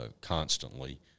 constantly